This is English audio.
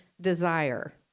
desire